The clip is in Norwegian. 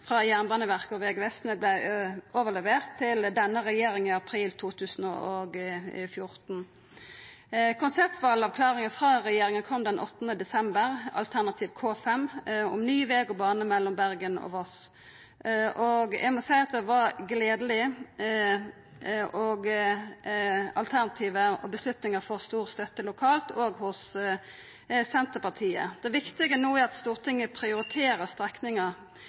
overlevert denne regjeringa i april 2014. Konseptvalavklaringa frå regjeringa kom den 8. desember: alternativ K5 om ny veg og bane mellom Bergen og Voss. Eg må seia det var gledeleg. Alternativet og avgjerda får stor støtte lokalt, òg hos Senterpartiet. Det viktige no er at Stortinget prioriterer